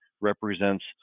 represents